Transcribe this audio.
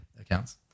accounts